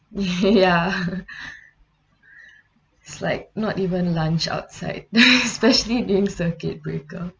ya it's like not even lunch outside especially during circuit breaker